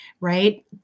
right